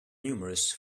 numerous